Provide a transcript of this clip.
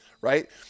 right